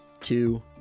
two